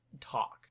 talk